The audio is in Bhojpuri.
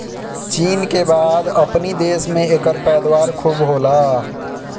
चीन के बाद अपनी देश में एकर पैदावार खूब होला